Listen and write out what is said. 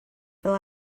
fel